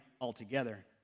altogether